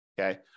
Okay